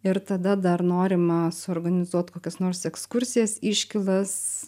ir tada dar norima suorganizuot kokias nors ekskursijas iškylas